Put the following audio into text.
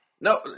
No